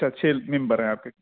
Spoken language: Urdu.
اچھا چھ ممبر ہیں آپ کے